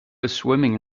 swimming